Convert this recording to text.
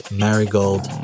marigold